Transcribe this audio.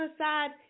aside